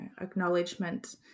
acknowledgement